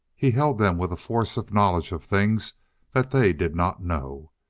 he held them with a force of knowledge of things that they did not know.